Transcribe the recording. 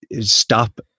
stop